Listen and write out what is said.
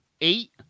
Eight